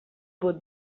bot